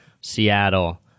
Seattle